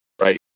right